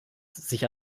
sich